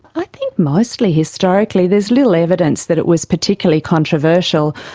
i think mostly, historically, there's little evidence that it was particularly controversial,